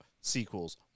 sequels